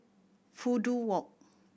Fudu Walk